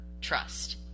trust